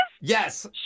Yes